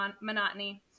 monotony